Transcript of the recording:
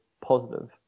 positive